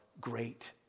great